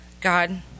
God